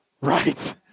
right